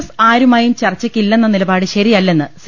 S ആരുമായും ചർച്ചയ്ക്കില്ലെന്ന നിലപാട് ശരി യല്ലെന്ന് സി